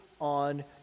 on